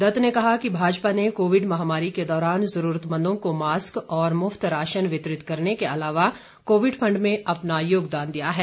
दत्त ने कहा कि भाजपा ने कोविड महामारी के दौरान जरूरतमंदों को मास्क और मुफ्त राशन वितरित करने के अलावा कोविड फंड में अपना योगदान दिया है